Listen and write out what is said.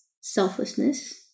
selflessness